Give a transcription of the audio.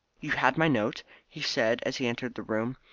you had my note? he said, as he entered the room.